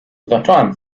zacząłem